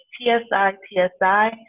T-S-I-T-S-I